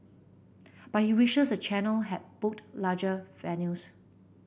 but he wishes the channel had booked larger venues